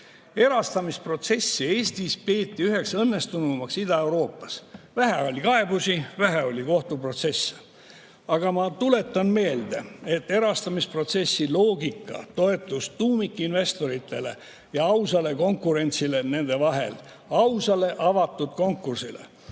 Erastamisprotsessi Eestis peeti üheks õnnestunumaks Ida‑Euroopas. Vähe oli kaebusi, vähe oli kohtuprotsesse. Aga ma tuletan meelde, et erastamisprotsessi loogika toetus tuumikinvestoritele ja ausale konkurentsile nende vahel – ausale, avatud konkursile.